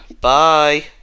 Bye